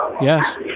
Yes